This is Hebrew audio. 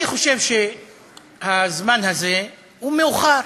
אני חושב שהזמן הזה הוא מאוחר.